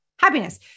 happiness